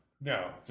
No